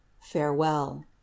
farewell